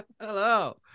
Hello